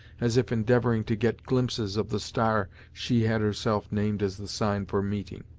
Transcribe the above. as if endeavouring to get glimpses of the star she had herself named as the sign for meeting.